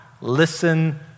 listen